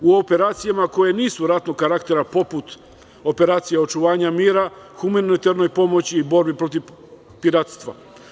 U operacijama koje nisu ratnog karaktera, poput operacija očuvanja mira, humanitarnoj pomoći, borbi protiv piratstva.